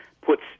puts